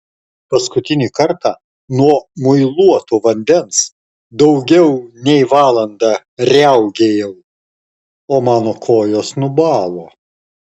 paskutinį kartą nuo muiluoto vandens daugiau nei valandą riaugėjau o mano kojos nubalo